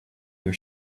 your